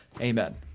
Amen